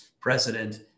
president